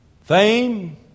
Fame